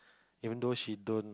even though she don't